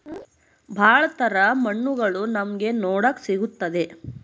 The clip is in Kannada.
ಭಾಳ ತರ ಮಣ್ಣುಗಳು ನಮ್ಗೆ ನೋಡಕ್ ಸಿಗುತ್ತದೆ